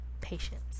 patience